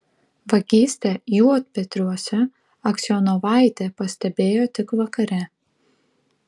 vagystę juodpetriuose aksionovaitė pastebėjo tik vakare